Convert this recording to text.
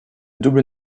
double